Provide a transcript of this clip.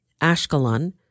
Ashkelon